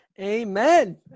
Amen